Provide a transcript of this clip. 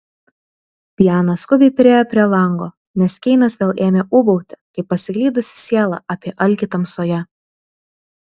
diana skubiai priėjo prie lango nes keinas vėl ėmė ūbauti kaip pasiklydusi siela apie alkį tamsoje